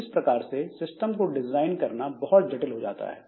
इस इस प्रकार से सिस्टम को डिजाइन करना बहुत जटिल हो जाता है